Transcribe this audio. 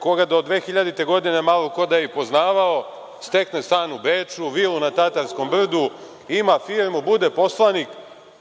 koga do 2000. godine, malo ko da je i poznavao, stekli stan u Beču, vilu na Tatarskom brdu, ima firmu, bude poslanik,